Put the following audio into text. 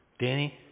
Danny